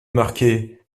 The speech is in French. marquet